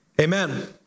Amen